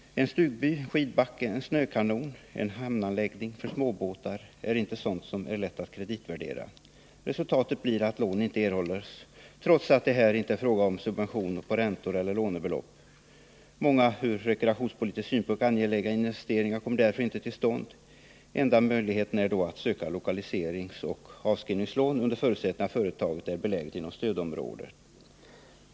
En stugby, skidbacke, snökanon eller hamnanläggning för småbåtar är inte sådant som ärlätt att kreditvärdera. Resultatet blir att lån inte erhålls, trots att det inte är fråga om subventioner på räntor eller lånebelopp. Många ur rekreationspolitisk synpunkt angelägna investeringar kommer därför inte till stånd. Enda möjligheten är att söka lokaliseringsoch avskrivningslån, under förutsättning att företaget är beläget inom stödområde.